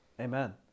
Amen